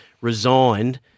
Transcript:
resigned